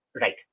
right